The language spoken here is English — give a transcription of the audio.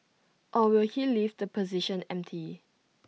or will he leave the position empty